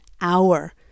hour